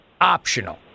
optional